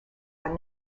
are